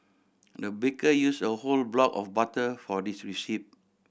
the baker use a whole block of butter for this recipe